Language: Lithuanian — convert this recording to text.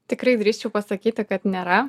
tikrai drįsčiau pasakyti kad nėra